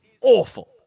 awful